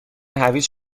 هویج